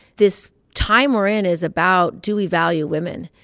this time we're in is about do we value women.